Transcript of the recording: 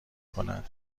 کند